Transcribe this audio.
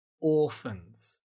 orphans